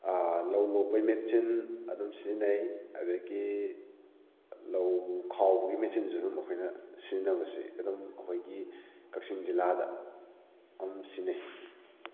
ꯂꯧ ꯂꯣꯛꯄꯩ ꯃꯦꯆꯤꯟ ꯑꯗꯨꯝ ꯁꯤꯖꯤꯟꯅꯩ ꯑꯗꯒꯤ ꯂꯧ ꯈꯥꯎꯕꯒꯤ ꯃꯦꯆꯤꯟꯁꯨ ꯑꯗꯨꯝ ꯑꯩꯈꯣꯏꯅ ꯁꯤꯖꯤꯟꯅꯕꯁꯤ ꯑꯗꯨꯝ ꯑꯩꯈꯣꯏꯒꯤ ꯀꯛꯆꯤꯡ ꯖꯤꯜꯂꯥꯗ ꯑꯗꯨꯝ ꯁꯤꯖꯤꯟꯅꯩ